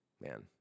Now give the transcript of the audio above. Man